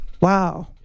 wow